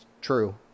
true